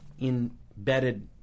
embedded